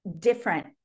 different